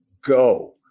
go